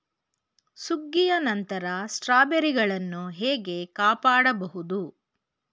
ಸುಗ್ಗಿಯ ನಂತರ ಸ್ಟ್ರಾಬೆರಿಗಳನ್ನು ಹೇಗೆ ಕಾಪಾಡ ಬಹುದು?